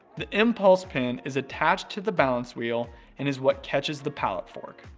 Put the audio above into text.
the impulse pin is attached to the balance wheel and is what catches the pallet fork.